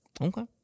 Okay